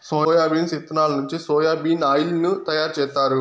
soybeans ఇత్తనాల నుంచి soya bean oil ను తయారు జేత్తారు